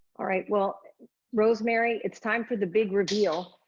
all right, well rosemary, it's time for the big reveal.